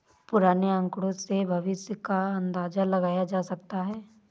पुराने आकड़ों से भविष्य का अंदाजा लगाया जा सकता है